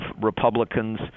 Republicans